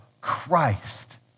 Christ